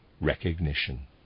recognition